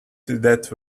that